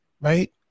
right